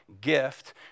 gift